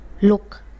Look